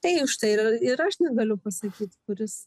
tai užtai ir aš negaliu pasakyt kuris